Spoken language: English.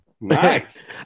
Nice